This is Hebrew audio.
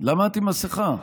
למה את עם מסכה?